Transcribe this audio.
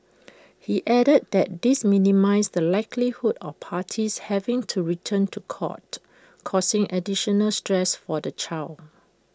he added that this minimises the likelihood of parties having to return to court causing additional stress for the child